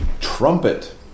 trumpet